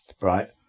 right